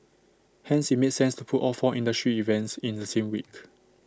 hence IT made sense to put all four industry events in the same week